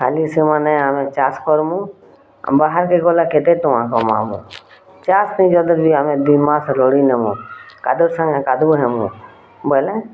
ଖାଲି ସେମାନେ ଆମେ ଛାଷ୍ କରିବୁଁ ବାହାର୍କେ ଗଲେ କେତେ ଟଙ୍କା ହବଁ ଆମର ଚାଷ୍ କେ ଆମେ ଦୁଇ ମାସ ଲଢ଼ିଁ ନବୁଁ କାଦୁଅ ସାଙ୍ଗେ କାଦୁଅ ହବୁଁ ବୋଲେଁ